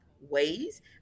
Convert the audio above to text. ways